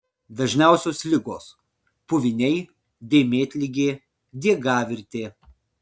dažniausios ligos puviniai dėmėtligė diegavirtė